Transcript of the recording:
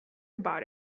about